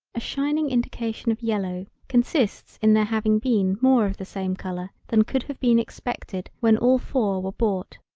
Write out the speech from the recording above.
a shining indication of yellow consists in there having been more of the same color than could have been expected when all four were bought.